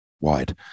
wide